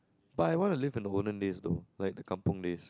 but I want to live in the older days though like the kampung days